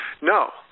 no